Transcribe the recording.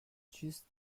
juste